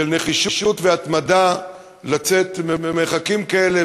של נחישות והתמדה לצאת ממרחקים כאלה,